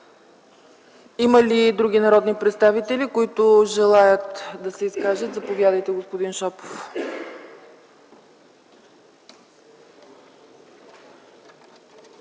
Има ли други народни представители, които желаят да се изкажат? Господин Шопов,